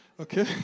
Okay